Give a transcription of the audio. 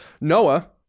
Noah